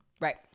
Right